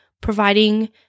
providing